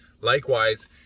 Likewise